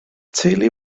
teulu